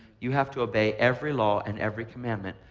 you have to obey every law and every commandment,